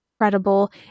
incredible